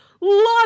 Lots